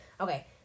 okay